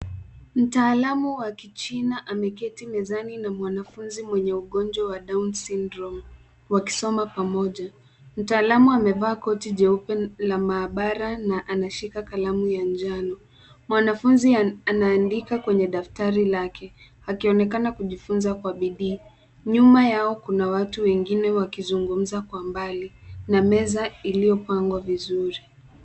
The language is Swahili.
Mtaalamu wa kichina ameketi mezani na mwanafunzi mwenye ugonjwa wa down syndrome wakisoma pamoja. Mtaalamu amevaa koti jeupe la maabara na anashika kalamu ya njano. Mwanafunzi anaandika kwenye daftari lake akionekana kujifunza kwa bidii. Nyuma yao kuna watu wengine wakizungumza na kwa mbali na meza iliyopangwa vizuri.